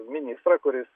ministrą kuris